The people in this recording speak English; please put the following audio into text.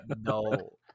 No